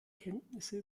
kenntnisse